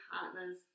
partners